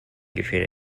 katrina